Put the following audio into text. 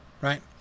right